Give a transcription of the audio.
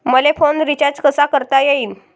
मले phone recharge कसा करता येईन?